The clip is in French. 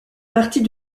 partie